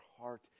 heart